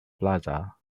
plaza